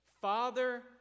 Father